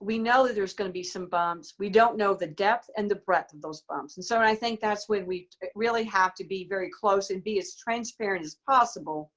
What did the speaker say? we know that there's going to be some bumps. we don't know the depth and the breadth of those bumps. and so and i think that's when we really have to be very close and be as transparent as possible,